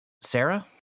Sarah